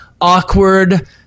awkward